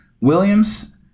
Williams